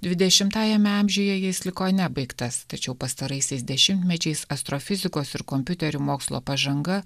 dvidešimtajame amžiuje jis liko nebaigtas tačiau pastaraisiais dešimtmečiais astrofizikos ir kompiuterių mokslo pažanga